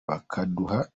bakaduha